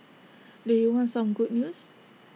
do you want some good news